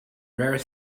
rare